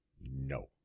No